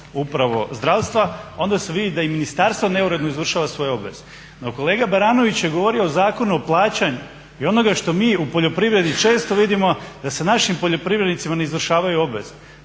upravo zdravstva, onda se vidi da i ministarstvo neuredno izvršava svoje obveze. No kolega Baranović je govorio o Zakonu o plaćanju i onoga što mi u poljoprivredi često vidimo da se našim poljoprivrednicima ne izvršavaju obveze.